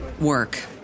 work